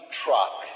truck